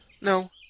No